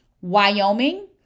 Wyoming